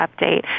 update